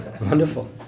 Wonderful